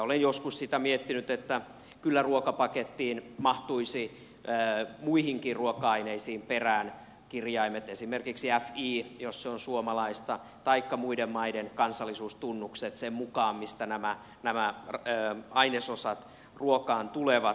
olen joskus sitä miettinyt että kyllä ruokapakettiin mahtuisi muihinkin ruoka aineisiin perään kirjaimet esimerkiksi fi jos se on suomalaista taikka muiden maiden kansallisuustunnukset sen mukaan mistä nämä ainesosat ruokaan tulevat